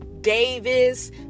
Davis